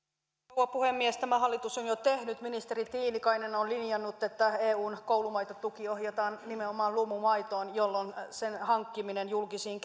rouva puhemies tämä hallitus on jo tehnyt ministeri tiilikainen on linjannut että eun koulumaitotuki ohjataan nimenomaan luomumaitoon jolloin sen hankkiminen julkisiin